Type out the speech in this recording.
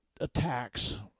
attacks